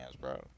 bro